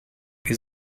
wir